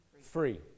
free